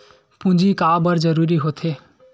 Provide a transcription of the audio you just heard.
पूंजी का बार जरूरी हो थे?